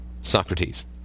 Socrates